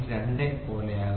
2 പോലെയാകാം